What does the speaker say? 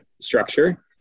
structure